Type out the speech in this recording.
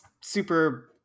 super